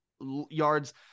yards